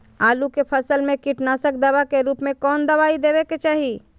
आलू के फसल में कीटनाशक दवा के रूप में कौन दवाई देवे के चाहि?